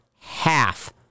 Half